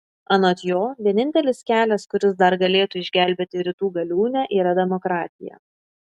anot jo vienintelis kelias kuris dar galėtų išgelbėti rytų galiūnę yra demokratija